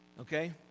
okay